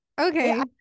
okay